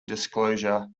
disclosure